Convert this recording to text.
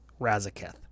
Razaketh